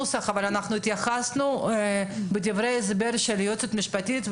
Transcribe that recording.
אבל אנחנו התייחסנו בדברי ההסבר של היועצת המשפטית.